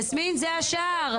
יסמין, זה השער.